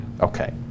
Okay